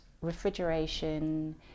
refrigeration